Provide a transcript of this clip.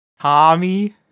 Tommy